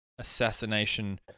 assassination